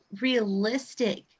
realistic